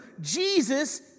Jesus